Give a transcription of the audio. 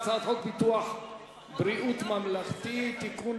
הצעת חוק ביטוח בריאות ממלכתי (תיקון,